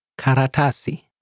Karatasi